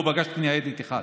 לא פגשתי ניידת אחת,